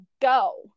go